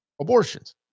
abortions